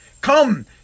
Come